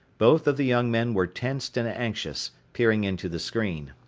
both of the young men were tensed and anxious, peering into the screen.